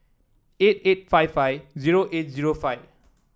eight eight five five zero eight zero five